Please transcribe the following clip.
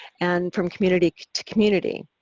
and from community to community.